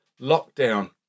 lockdown